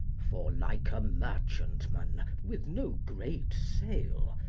for like a merchantman, with no great sail,